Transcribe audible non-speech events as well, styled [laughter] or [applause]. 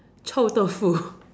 Chou-Dou-Fu [laughs]